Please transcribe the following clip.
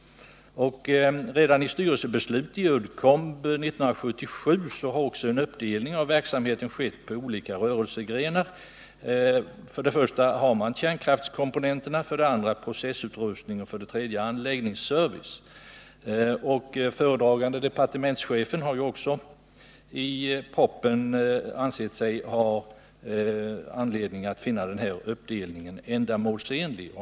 Enligt styrelsebeslut i Uddcomb redan 1977 har också en uppdelning av verksamheten skett på olika verksamhetsgrenar: 1. Kärnkraftskomponenter. 2. Processutrustning. 3. Anläggningsservice. Föredragande departementschef har också i propositionen funnit denna uppdelning ändamålsenlig.